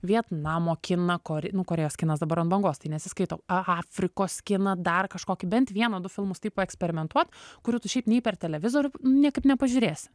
vietnamo kiną kori nu korėjos kinas dabar ant bangos tai nesiskaito afrikos kiną dar kažkokį bent vieną du filmus taip eksperimentuot kurių tu šiaip nei per televizorių niekaip nepažiūrėsi